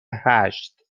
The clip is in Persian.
هشت